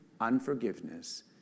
unforgiveness